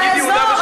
על האזור.